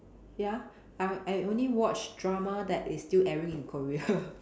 ya I I only watch drama that is still airing in Korea